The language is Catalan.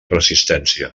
resistència